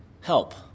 help